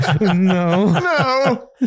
no